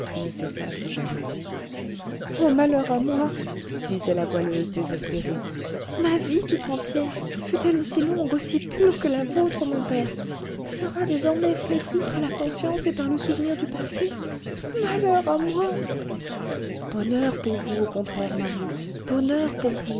ne s'effacent jamais ô malheur à moi disait la goualeuse désespérée ma vie tout entière fût-elle aussi longue aussi pure que la vôtre mon père sera désormais flétrie par la conscience et par le souvenir du passé malheur à moi bonheur pour vous au contraire marie bonheur pour vous